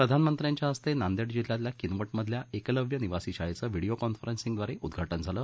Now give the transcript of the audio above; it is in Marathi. प्रधानमंत्र्यांच्या हस्ते नांदेड जिल्ह्यातल्या किनवट मधल्या एकलव्य निवासी शाळेचं व्हिडीओ कॉन्फरसिंगब्रारे उद्वाटन झालं